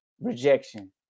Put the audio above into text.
rejection